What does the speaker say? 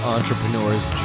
Entrepreneur's